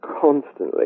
constantly